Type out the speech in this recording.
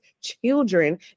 children